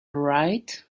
right